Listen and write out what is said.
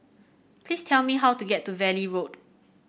please tell me how to get to Valley Road